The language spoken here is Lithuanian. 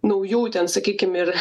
naujų ten sakykim ir